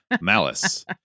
malice